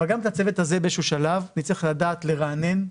אבל גם את הצוות הזה באיזשהו שלב נצטרך לדעת לרענן,